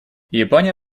япония